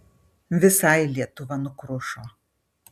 visai lietuva nukrušo